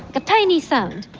a tiny sound.